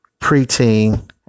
preteen